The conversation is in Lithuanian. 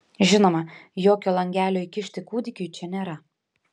žinoma jokio langelio įkišti kūdikiui čia nėra